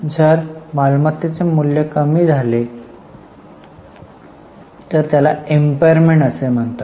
जर मालमत्तेचे मूल्य कमी झाले तर त्याला impairment असे म्हणतात